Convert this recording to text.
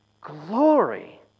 glory